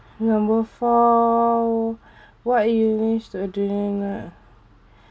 number four what you needs to adrenaline lah